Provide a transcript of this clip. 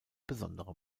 besondere